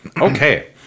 Okay